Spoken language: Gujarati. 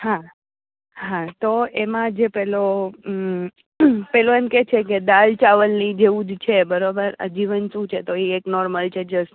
હા હા તો એમાં જે પેલો પેલો એમ કહે છે કે દાલ ચાવલ નહીં જેવુ જ છે બરોબર આ જીવન શું છે તો એ એક નોર્મલ છે જસ્ટ